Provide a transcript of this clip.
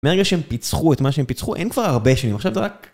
מהרגע שהם פיצחו את מה שהם פיצחו, אין כבר הרבה שנים, עכשיו זה רק...